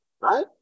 right